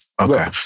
Okay